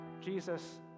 Jesus